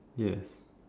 yes